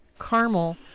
caramel